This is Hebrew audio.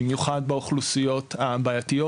במיוחד באוכלוסיות היותר בעתיות,